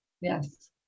Yes